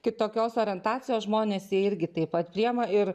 kitokios orientacijos žmones jie irgi taip pat priima ir